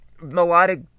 melodic